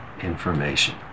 information